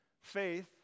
Faith